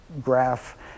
graph